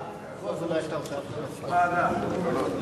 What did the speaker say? ההצעה להעביר את הנושא לוועדת החוץ והביטחון נתקבלה.